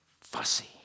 fussy